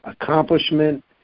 Accomplishment